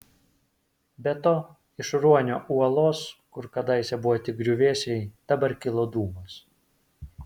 be to iš ruonio uolos kur kadaise buvo tik griuvėsiai dabar kilo dūmas